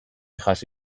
jaso